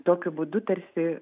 tokiu būdu tarsi